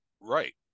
Right